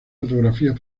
fotografías